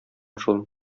шул